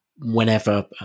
whenever